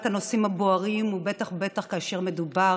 הנושאים הבוערים ובטח ובטח כאשר מדובר